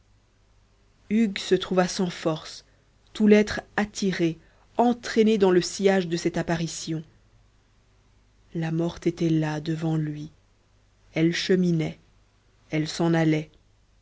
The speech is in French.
hugues se trouva sans force tout l'être attiré entraîné dans le sillage de cette apparition la morte était là devant lui elle cheminait elle s'en allait